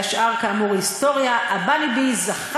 והשאר כאמור היסטוריה: "אבניבי" זכה